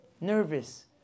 nervous